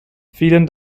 vielen